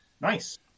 Nice